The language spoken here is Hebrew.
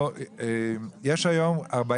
יש היום 40